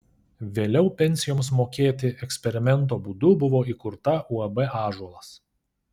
vėliau pensijoms mokėti eksperimento būdu buvo įkurta uab ąžuolas